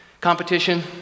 competition